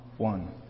One